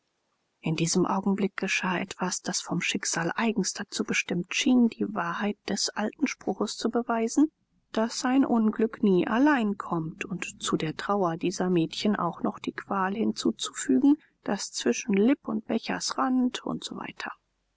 in diesem augenblick geschah etwas das vom schicksal eigens dazu bestimmt schien die wahrheit des alten spruches zu beweisen daß ein unglück nie allein kommt und zu der trauer dieser mädchen auch noch die qual hinzuzufügen daß zwischen lipp und bechers rand u s